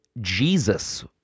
Jesus